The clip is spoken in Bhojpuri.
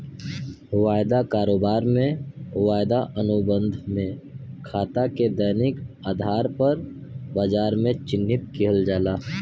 वायदा कारोबार में, वायदा अनुबंध में खाता के दैनिक आधार पर बाजार में चिह्नित किहल जाला